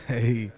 Hey